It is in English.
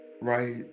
right